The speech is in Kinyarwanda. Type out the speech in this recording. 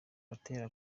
gatera